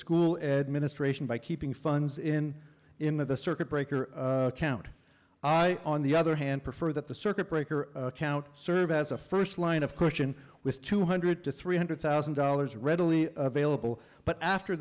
school administration by keeping funds in him of the circuit breaker count i on the other hand prefer that the circuit breaker count serve as a first line of question with two hundred to three hundred thousand dollars readily available but after